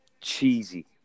cheesy